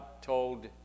told